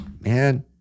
man